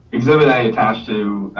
exhibit i attached to